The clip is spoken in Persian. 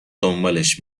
دنبالش